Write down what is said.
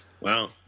Wow